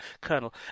Colonel